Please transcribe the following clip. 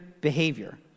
behavior